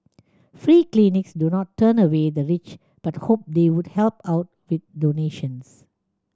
free clinics do not turn away the rich but hope they would help out with donations